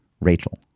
Rachel